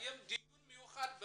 מה